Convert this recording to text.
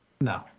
No